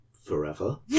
forever